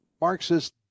Marxist